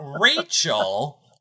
Rachel